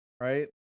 Right